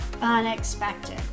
unexpected